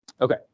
Okay